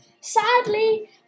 Sadly